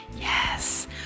Yes